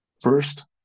first